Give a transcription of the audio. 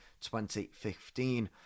2015